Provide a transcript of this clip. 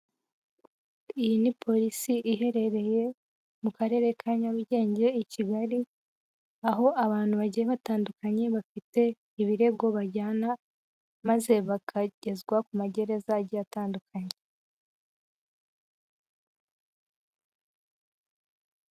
Iyi ni polisi iherereye mu karere ka Nyarugenge i Kigali, aho abantu bagiye batandukanye bafite ibirego bajyana, maze bakagezwa ku magereza agiye atandukanye.